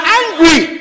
angry